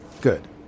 Good